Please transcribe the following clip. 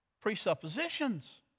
presuppositions